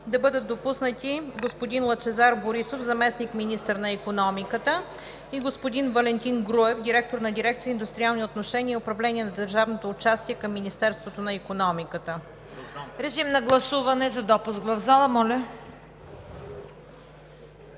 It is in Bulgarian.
да бъдат допуснати господин Лъчезар Борисов – заместник-министър на икономиката, и господин Валентин Груев – директор на дирекция „Индустриални отношения и управление на държавното участие“ към Министерството на икономиката. ПРЕДСЕДАТЕЛ ЦВЕТА КАРАЯНЧЕВА: Подлагам